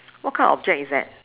what kind of object is that